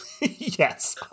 Yes